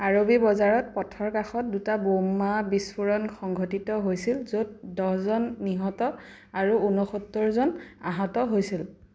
আৰৱী বজাৰত পথৰ কাষত দুটা বোমা বিস্ফোৰণ সংঘটিত হৈছিল য'ত দহ জন নিহত আৰু ঊনসত্তৰজন আহত হৈছিল